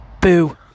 boo